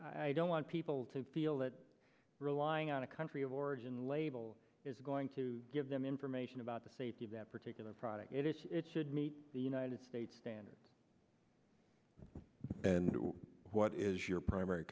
i don't want people to feel that relying on a country of origin label is going to give them information about the safety of that particular product that it should meet the united states standards and what is your primary